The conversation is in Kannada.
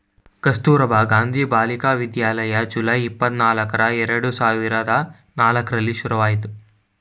ಕಸ್ತೂರಬಾ ಗಾಂಧಿ ಬಾಲಿಕ ವಿದ್ಯಾಲಯ ಜುಲೈ, ಇಪ್ಪತನಲ್ಕ್ರ ಎರಡು ಸಾವಿರದ ನಾಲ್ಕರಲ್ಲಿ ಶುರುವಾಯ್ತು